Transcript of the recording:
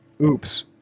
Oops